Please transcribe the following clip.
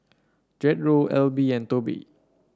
Jethro Alby and Tobe